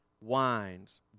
wines